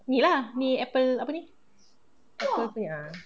ni lah ni apple apa ni apple pay ah